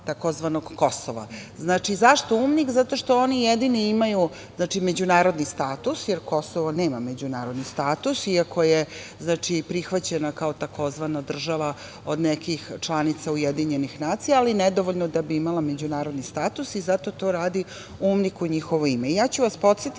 tzv. Kosova. Zašto UMNIK? Zato što oni jedino imaju međunarodni status, jer Kosovo nema međunarodni status, iako je prihvaćeno kao tzv. država od nekih članica UN, ali nedovoljno da bi imala međunarodni status i zato to radi UMNIK u njihovo ime. Ja ću vas podsetiti,